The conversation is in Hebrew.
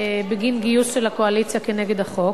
בגין גיוס של הקואליציה כנגד החוק,